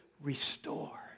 restore